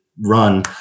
run